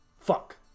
Fuck